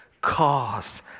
cause